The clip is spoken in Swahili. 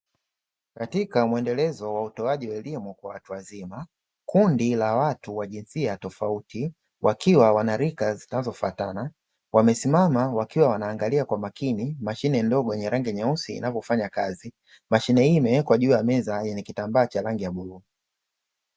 Katika mwendelezo wa utoaji elimu kwa watu wazima kundi la watu wa jinsia tofauti wakiwa wanarika zinazofuatana; wamesimama wakiwa wanaangalia kwa makini mashine ndogo yenye rangi nyeusi, inavofanya kazi; mashine hii imewekwa juu ya meza yenye kitambaa cha rangi ya bluu.